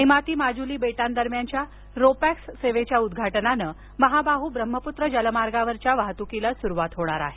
निमाती माजुली बेटांदरम्यानच्या ro pax सेवेच्या उद्घाटनानं महाबाह्य ब्रह्मपुत्रा जलमार्गावरच्या वाहतुकीला सुरुवात होणार आहे